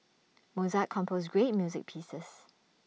Mozart composed great music pieces